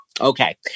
okay